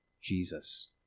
Jesus